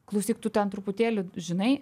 klausyk tu ten truputėlį žinai